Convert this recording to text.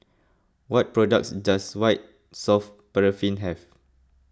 what products does White Soft Paraffin have